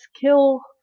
kill